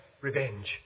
revenge